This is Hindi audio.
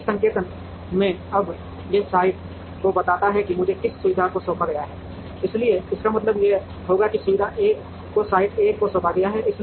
तो इस संकेतन में अब यह साइट को बताता है कि मुझे किस सुविधा को सौंपा गया है इसलिए इसका मतलब यह होगा कि सुविधा 1 को साइट 1 को सौंपा गया है